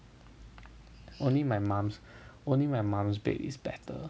only my mom's only my mom's bed is better